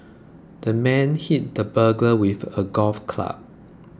the man hit the burglar with a golf club